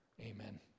Amen